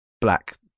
black